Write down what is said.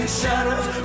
shadows